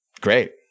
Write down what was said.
great